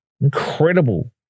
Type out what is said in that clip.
Incredible